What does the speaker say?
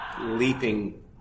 leaping